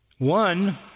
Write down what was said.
One